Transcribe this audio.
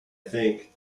think